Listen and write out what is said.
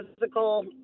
physical